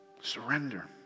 Surrender